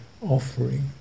offering